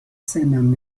سنم